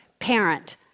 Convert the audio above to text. Parent